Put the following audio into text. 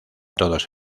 todos